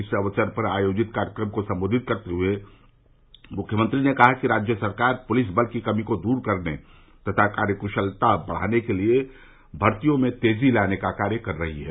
इस अवसर पर आयोजित कार्यक्रम को संबोधित करते हुए मुख्यमंत्री ने कहा कि राज्य सरकार पुलिस बल की कमी को दूर करने तथा कार्यकुशलता बढ़ाने के लिए भर्तियों में तेजी लाने का कार्य कर रही है